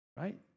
right